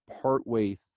partway